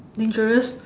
dangerous